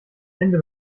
ende